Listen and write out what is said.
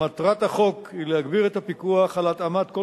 מטרת החוק היא להגביר את הפיקוח על התאמת כל